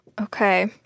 Okay